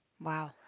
Wow